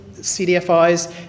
CDFIs